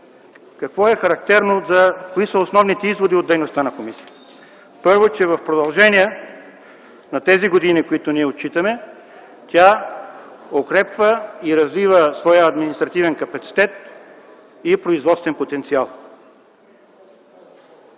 чакат резултати. Кои са основните изводи от дейността на комисията? Първо, че в продължение на годините, които отчитаме, тя укрепва и развива своя административен капацитет и производствен потенциал.